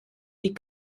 die